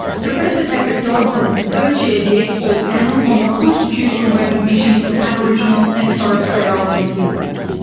professor patrick dodson co-chaired the expert panel on the constitutional recognition of aboriginal and torres strait islander peoples.